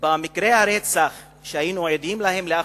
במקרי הרצח שהיינו עדים להם לאחרונה,